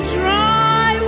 try